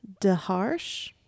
DeHarsh